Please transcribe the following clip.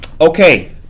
Okay